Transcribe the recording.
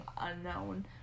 Unknown